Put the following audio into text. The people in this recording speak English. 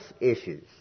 issues